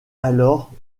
alors